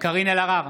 קארין אלהרר,